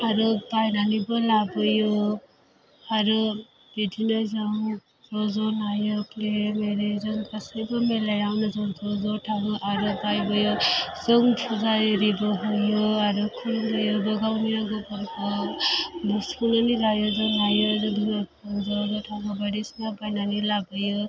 आरो बायनानैबो लाबोयो आरो बिदिनो जों ज' ज' नायो लैहोर लैहोर जों गासैबो मेलायावनो जों ज' ज' थाङो आरो बायबोयो जों पुजा आरिबो होयो आरो खुलुमबोयोबो गावनि लोगोफोरखौ सोंनानै लायो जों ज' ज' थाङो जों बायदिसिना बायनानै लाबोयो